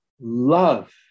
love